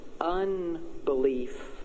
unbelief